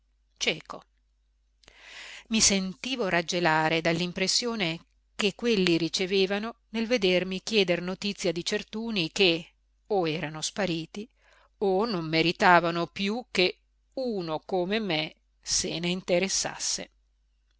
cieco i sentivo raggelare dall'impressione che quelli ricevevano nel vedermi chieder notizia di certuni che o erano spariti o non meritavano più che uno come me se ne interessasse